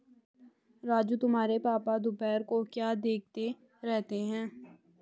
राजू तुम्हारे पापा दोपहर को क्या देखते रहते हैं?